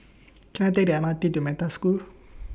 Can I Take The M R T to Metta School